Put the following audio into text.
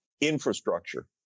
infrastructure